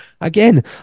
Again